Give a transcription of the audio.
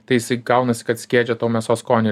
tai jisai gaunasi kad skiedžia tau mėsos skonį